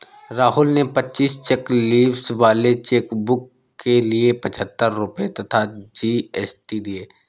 राहुल ने पच्चीस cheque leaves वाले चेकबुक के लिए पच्छत्तर रुपये तथा जी.एस.टी दिए